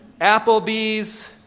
Applebee's